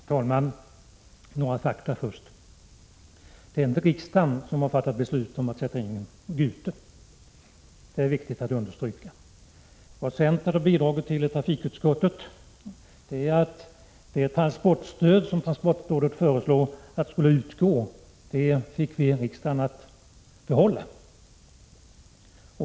Herr talman! Först några fakta. För det första: Det är inte riksdagen som fattat beslut om att sätta in Gute. Det är viktigt att understryka. För det andra: Vad centern bidragit med i trafikutskottet är att vi fick riksdagen att behålla det transportstöd som transportrådet föreslog skulle avskaffas.